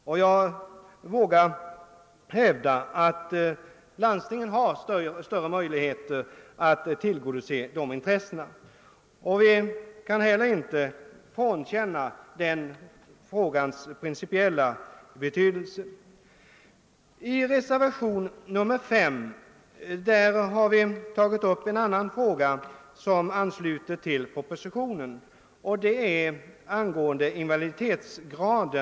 Och jag vågar hävda att landstingen har större möjligheter att tillgodose de intressena. Vi kan heller inte bortse från frågans principiella betydelse. Utskottet har avstyrkt motionerna I: 1084 och II: 1271 även såvitt de avser förslaget om införande av en ny invalitidtetsgrad.